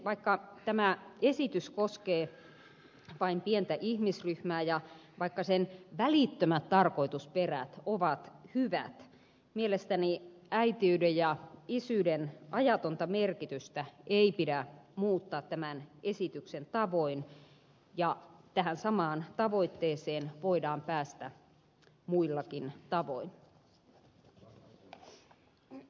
vaikka tämä esitys koskee vain pientä ihmisryhmää ja vaikka sen välittömät tarkoitusperät ovat hyvät mielestäni äitiyden ja isyyden ajatonta merkitystä ei pidä muuttaa tämän esityksen tavoin ja tähän samaan tavoitteeseen voidaan päästä muillakin tavoin